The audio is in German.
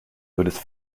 würdest